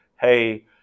hey